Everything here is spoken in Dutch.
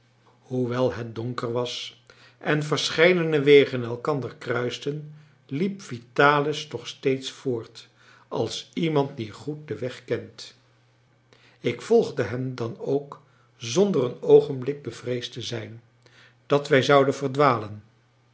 hoewel het donker was en verscheidene wegen elkander kruisten liep vitalis toch steeds voort als iemand die goed den weg kent ik volgde hem dan ook zonder een oogenblik bevreesd te zijn dat wij zouden verdwalen